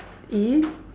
if